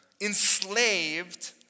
enslaved